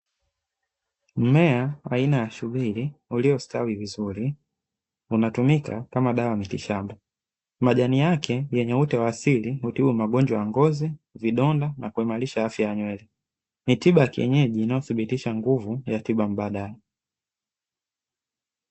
Mmea aina ya shubiri uliostawi vizuri unatumika kama dawa ya mitishamba, majani yake yenye ute wa asili hutibu magonjwa ya ngozi, vidonda na kuimarisha afya ya nywele, ni tiba ya kienyeji inayothibitisha nguvu ya tiba mbadala.